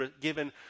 given